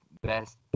best